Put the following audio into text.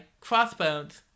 Crossbones